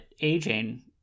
aging